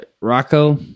Rocco